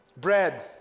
Bread